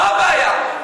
זו הבעיה,